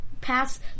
pass